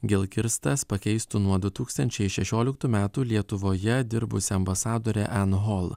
geilkirstas pakeistų nuo du tūkstančiai šešioliktų metų lietuvoje dirbusią ambasadorę en hol